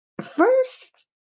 first